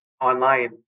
online